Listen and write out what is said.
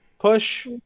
push